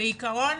בעיקרון,